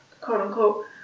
quote-unquote